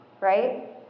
right